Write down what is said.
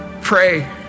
pray